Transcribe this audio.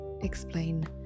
explain